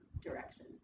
direction